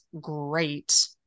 great